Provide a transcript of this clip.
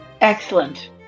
Excellent